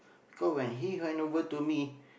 because when he handover to me